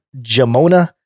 Jamona